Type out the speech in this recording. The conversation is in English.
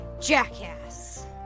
jackass